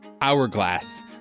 hourglass